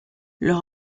leur